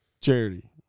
charity